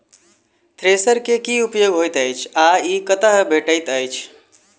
Thresher केँ की उपयोग होइत अछि आ ई कतह भेटइत अछि?